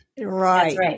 right